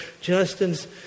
Justin's